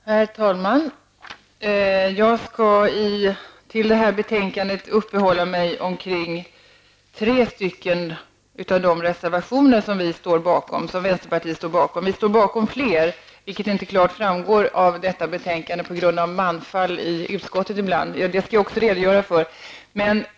Herr talman! Jag skall uppehålla mig vid tre av de reservationer som vänsterpartiet står bakom. Vi står bakom flera reservationer, vilket inte klart framgår av detta betänkande på grund av manfall ibland i utskottet. Jag skall redogöra för det.